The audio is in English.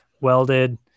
welded